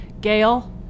Gail